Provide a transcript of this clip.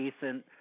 decent